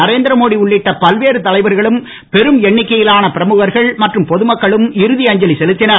நரேந்திர மோடி உள்ளிட்ட பல்வேறு தலைவர்களும் பெரும் எண்ணிக்கையிலான பிரமுகர்கள் மற்றும் பொதுமக்களும் இறுதி அஞ்சலி செலுத்தினர்